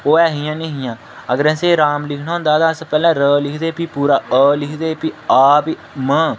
ओह् ऐहियां निं हियां अगर असें राम लिखना होंदा हा ते अस पैह्लें र लिखदे हे ते भी पूरा अ लिखदे हे ते भी आ फ्ही म